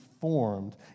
formed